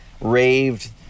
raved